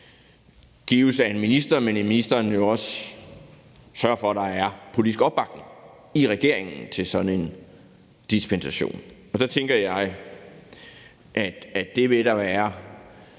gives af en minister, men at ministeren jo også skal sørge for, at der er politisk opbakning i regeringen til sådan en dispensation. Der tænker jeg, at der –